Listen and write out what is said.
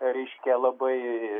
reiškia labai